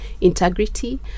integrity